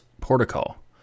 protocol